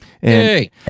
Hey